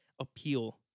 appeal